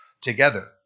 together